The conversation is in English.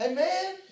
Amen